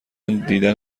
دیدن